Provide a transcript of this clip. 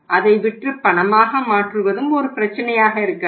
அதை விற்றுப் பணமாக மாற்றுவதும் ஒரு பிரச்சினையாக இருக்காது